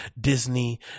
Disney